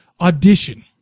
Audition